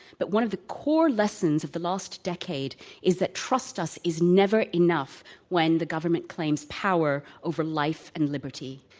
but one of the core lessons of the last decade is that trust us is never enough when the government claims power over life and liberty.